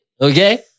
Okay